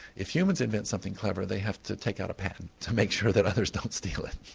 if humans invent something clever they have to take out a patent to make sure that others don't steal it.